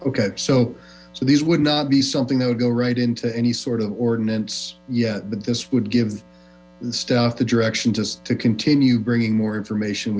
ok so so these would not be something that would go right into any sort of ordinance yet but this would give the staff the direction just to continue bringing more information